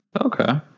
okay